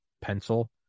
pencil